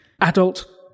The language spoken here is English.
Adult